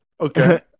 Okay